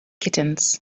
kittens